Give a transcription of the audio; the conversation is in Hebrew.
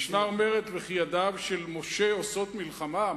המשנה אומרת: וכי ידיו של משה עושות מלחמה?